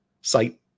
site